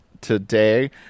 today